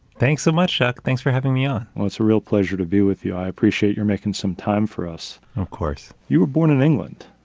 thanks so much. thanks for having me on. well, it's a real pleasure to be with you. i appreciate your making some time for us. of course. you were born in england,